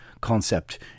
concept